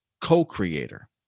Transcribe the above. co-creator